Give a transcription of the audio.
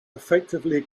effectively